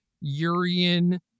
Urian